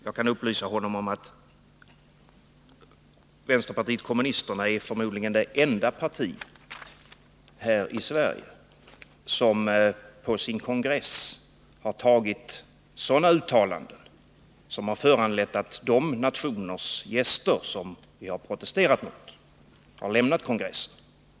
Jag kan upplysa honom om att vänsterpartiet kommunisterna förmodligen är det enda parti här i Sverige som på sin kongress har antagit sådana uttalanden som förarlett att gäster från de nationer som vi protesterat mot har lämnat kongressen.